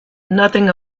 nothing